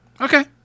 okay